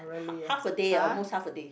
ha~ half a day almost half a day